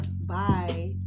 Bye